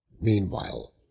meanwhile